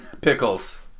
Pickles